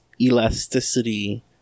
elasticity